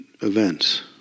events